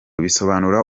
bisobanura